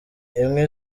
imwe